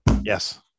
yes